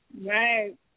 Right